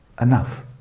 enough